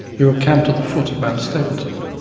we were camped at the foot of mt stapleton,